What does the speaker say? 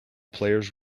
players